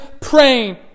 praying